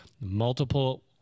multiple